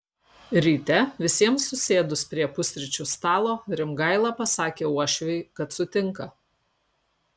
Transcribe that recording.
ryte visiems susėdus prie pusryčių stalo rimgaila pasakė uošviui kad sutinka